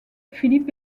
philippe